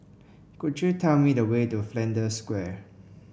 could you tell me the way to Flanders Square